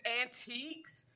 antiques